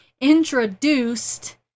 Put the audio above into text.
Introduced